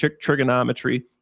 trigonometry